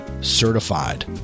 certified